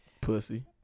Pussy